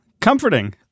Comforting